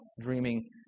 dreaming